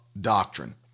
doctrine